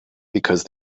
because